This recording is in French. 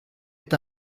est